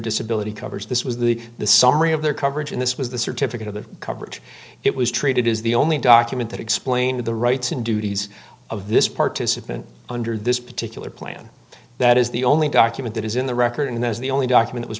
disability covers this was the summary of their coverage in this was the certificate of the coverage it was treated is the only document that explains the rights and duties of this participant under this particular plan that is the only document that is in the record and that's the only document